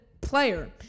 player